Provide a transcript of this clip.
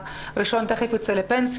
תיכף הוא ייצא לפנסיה.